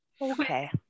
Okay